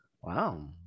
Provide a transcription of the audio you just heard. Wow